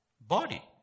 body